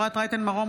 אפרת רייטן מרום,